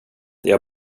jag